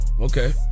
Okay